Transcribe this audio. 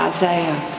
Isaiah